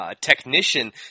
technician